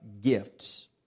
gifts